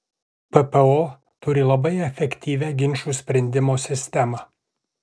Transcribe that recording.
ppo turi labai efektyvią ginčų sprendimo sistemą